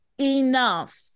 enough